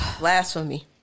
Blasphemy